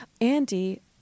Andy